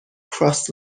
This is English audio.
cross